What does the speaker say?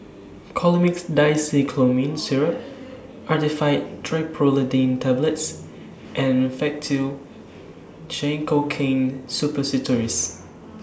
Colimix Dicyclomine Syrup Actifed Triprolidine Tablets and Faktu Cinchocaine Suppositories